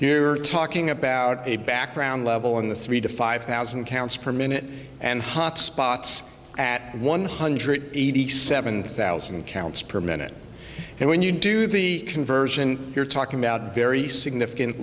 here talking about a background level in the three to five thousand counts per minute and hotspots at one hundred eighty seven thousand counts per minute and when you do the conversion you're talking about very significant